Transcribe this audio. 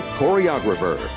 choreographer